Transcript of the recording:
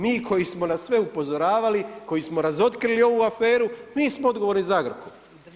Mi koji smo na sve upozoravali, koji smo razotkrili ovu aferu, mi smo odgovorni za Agrokor.